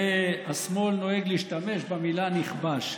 השמאל נוהג להשתמש במילה "נכבש".